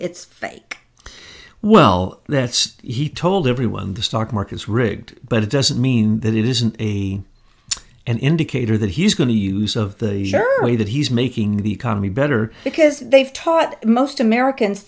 it's fake well that's he told everyone the stock market is rigged but it doesn't mean that it isn't an indicator that he's going to use of the very early that he's making the economy better because they've taught most americans